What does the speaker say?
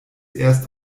erst